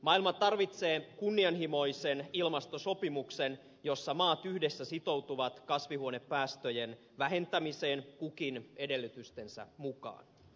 maailma tarvitsee kunnianhimoisen ilmastosopimuksen jossa maat yhdessä sitoutuvat kasvihuonepäästöjen vähentämiseen kukin edellytystensä mukaan